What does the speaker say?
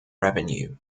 revenue